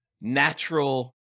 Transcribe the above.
natural